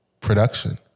production